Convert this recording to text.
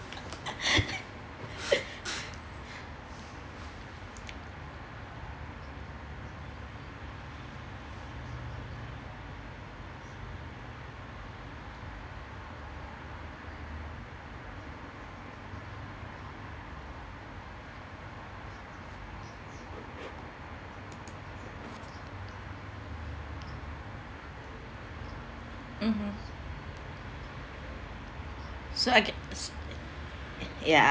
mmhmm so I get ya